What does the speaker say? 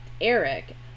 Eric